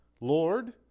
Lord